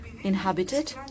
inhabited